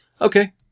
Okay